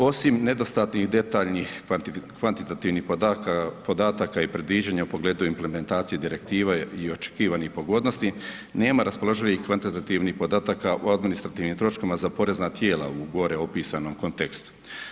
Osim nedostatnih detaljnih kvantitativnih podataka i predviđanja u pogledu implementacije direktiva i očekivanih pogodnosti, nema raspoloživih kvantitativnih podataka u administrativnim troškovima za porezna tijela u gore opisanom kontekstu.